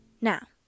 Now